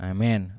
Amen